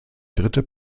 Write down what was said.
dritte